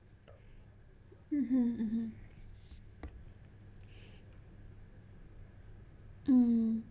mmhmm mmhmm mm